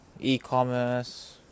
e-commerce